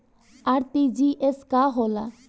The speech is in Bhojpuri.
आर.टी.जी.एस का होला?